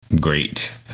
great